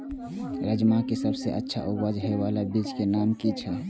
राजमा के सबसे अच्छा उपज हे वाला बीज के नाम की छे?